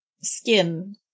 skin